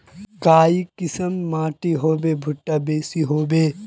काई किसम माटी होले भुट्टा बेसी होबे?